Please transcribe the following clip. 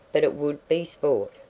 but it would be sport,